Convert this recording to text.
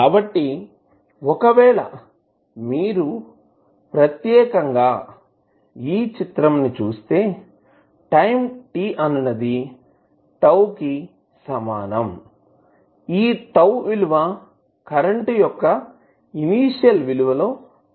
కాబట్టి ఒకవేళ మీరు ప్రత్యేకంగా ఈ చిత్రం ని చూస్తే టైం t అనునదిటౌ tauకి సమానం ఈ τ విలువ కరెంటు యొక్క ఇనీషియల్ విలువ లో 36